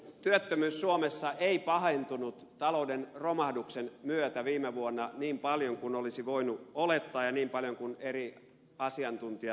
työttömyys suomessa ei pahentunut talouden romahduksen myötä viime vuonna niin paljon kuin olisi voinut olettaa ja niin paljon kuin eri asiantuntijat arvioivat